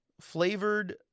flavored